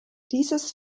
dieses